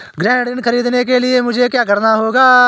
गृह ऋण ख़रीदने के लिए मुझे क्या करना होगा?